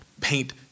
paint